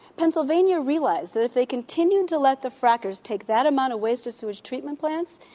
pennsylvania realized that if they continued to let the frackers take that amount of wastage through its treatment plants,